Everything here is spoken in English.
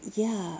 ya